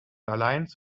alliance